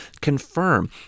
confirm